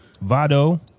Vado